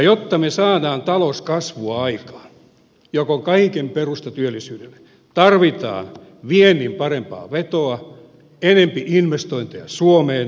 jotta me saamme talouskasvua aikaan joka on kaiken perusta työllisyydelle tarvitaan viennin parempaa vetoa enempi investointeja suomeen